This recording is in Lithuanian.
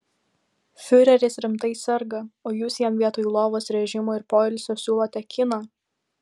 fiureris rimtai serga o jūs jam vietoj lovos režimo ir poilsio siūlote kiną